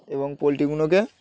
এবং পোলট্রিগুলোকে